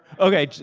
okay,